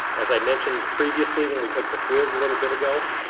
as i mentioned previously when we took the quiz a little bit ago,